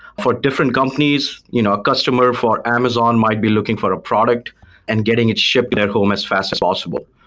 for different companies, you know a customer for amazon might be looking for a product and getting it shipped to their home as fast as possible.